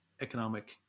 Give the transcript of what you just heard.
economic